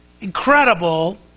incredible